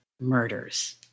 Murders